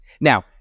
Now